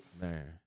man